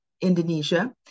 Indonesia